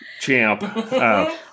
champ